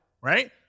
right